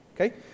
okay